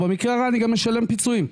במקרה הרע אני גם אשלם פיצויים.